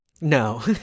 No